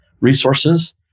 resources